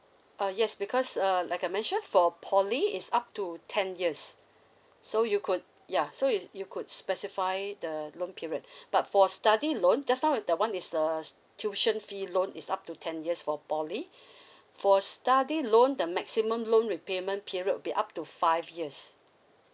uh yes because uh like I mentioned for poly it's up to ten years so you could ya so it's you could specify the loan period but for study loan just now with the one is the st~ tuition fee loan is up to ten years for poly for study loan the maximum loan repayment period will be up to five years